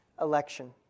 election